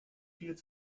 viel